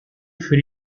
für